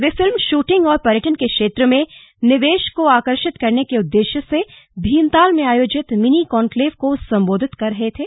वे film shooting और पर्यटन के क्षेत्र में निवेश को आकर्षित करने के उद्देश्य से भीमताल में आयोजित मिनी कान्क्लेव को संबोधित कर रहे थे